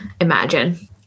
imagine